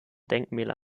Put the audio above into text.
denkmäler